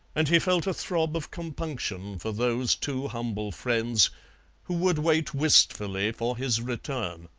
and he felt a throb of compunction for those two humble friends who would wait wistfully for his return.